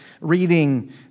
reading